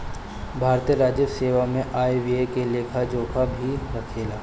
भारतीय राजस्व सेवा आय व्यय के लेखा जोखा भी राखेले